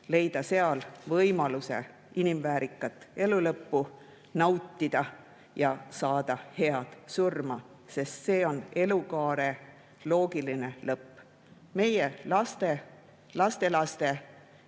leida seal võimaluse inimväärikalt elu lõppu nautida ja niimoodi hästi surra, sest see on elukaare loogiline lõpp. Meie, laste ja lastelaste,